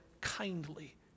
kindly